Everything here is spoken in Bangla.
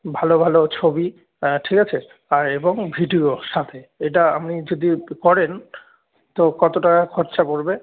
ভালো ভালো ছবি ঠিক আছে আর এবং ভিডিও সাথে এটা আপনি যদি করেন তো কত টাকা খরচা পড়বে